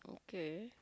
okay